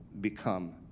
become